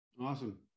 Awesome